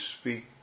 speak